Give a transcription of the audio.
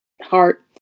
heart